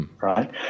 right